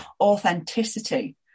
authenticity